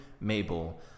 Mabel